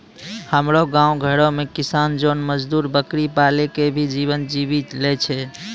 हमरो गांव घरो मॅ किसान जोन मजदुर बकरी पाली कॅ भी जीवन जीवी लॅ छय